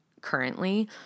currently